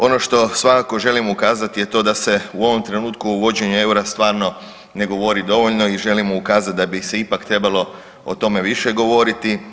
Ono što svakako želim ukazati je to da se u ovom trenutku o uvođenju EUR-a stvarno ne govori dovoljno i želimo ukazati da bi se ipak trebalo o tome više govoriti.